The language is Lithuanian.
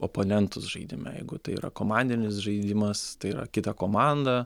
oponentus žaidime jeigu tai yra komandinis žaidimas tai yra kita komanda